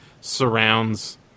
surrounds